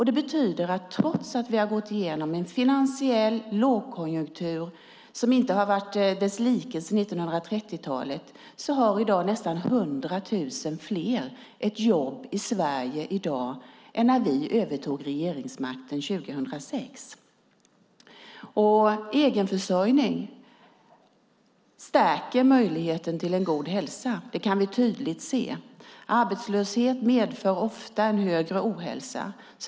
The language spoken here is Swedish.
Det betyder att trots att vi har gått igenom en finansiell lågkonjunktur vars like vi inte har haft sedan 1930-talet har i dag nästan 100 000 fler människor ett jobb i Sverige i dag än när vi övertog regeringsmakten 2006. Egenförsörjning stärker möjligheten till en god hälsa. Det kan vi tydligt se. Arbetslöshet medför ofta en större ohälsa.